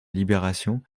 libération